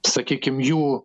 sakykim jų